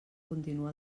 continua